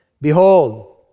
Behold